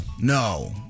No